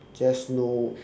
just know